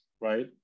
right